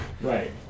Right